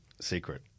secret